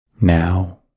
Now